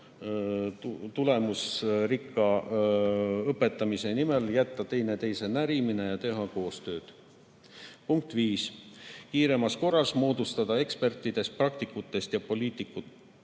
tulemusrikka õpetamise nimel jätta teineteise närimine ja teha koostööd. Punkt viis, kiiremas korras moodustada ekspertidest, praktikutest ja poliitikutest